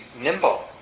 nimble